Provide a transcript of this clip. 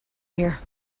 here